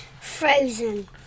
Frozen